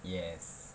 yes